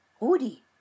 Rudy